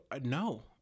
no